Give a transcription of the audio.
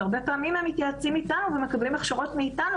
והרבה פעמים הם מתייעצים איתנו ומקבלים הכשרות מאיתנו